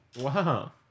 Wow